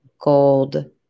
gold